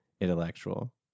intellectual